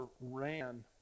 ran